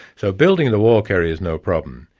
so building the wall carries no problem.